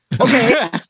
Okay